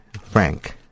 frank